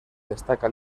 destaca